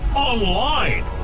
online